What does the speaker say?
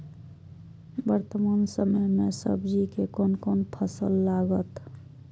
वर्तमान समय में सब्जी के कोन फसल लागत?